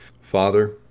Father